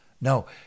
No